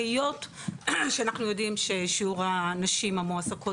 היות שאנחנו יודעים ששיעור הנשים המועסקות